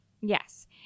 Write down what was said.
yes